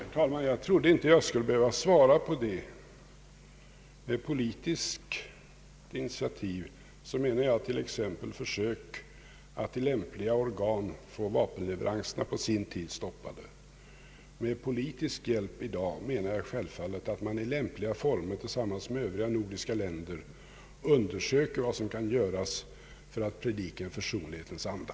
Herr talman! Jag trodde inte att jag skulle behöva svara på det. Med politiskt initiativ menar jag t.ex. försök att i lämpliga organ få vapenleveranserna på sin tid stoppade. Med politisk hjälp i dag menar jag självfallet att Sverige i lämpliga former tillsammans med övriga nordiska länder undersöker vad som kan göras för att predika en försonlighetens anda.